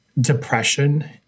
depression